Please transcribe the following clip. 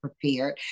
prepared